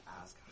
ask